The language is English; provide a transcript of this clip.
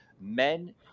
men